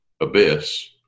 abyss